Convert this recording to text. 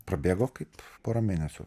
prabėgo kaip pora mėnesių